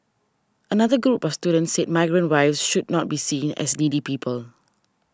another group of students said migrant wives should not be seen as needy people